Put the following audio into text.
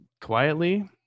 quietly